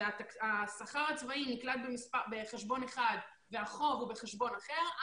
והשכר הצבאי נקלט בחשבון אחד והחוב הוא בחשבון אחר,